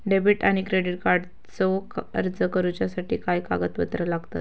Debit आणि credit कार्डचो अर्ज करुच्यासाठी काय कागदपत्र लागतत?